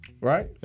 Right